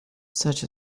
such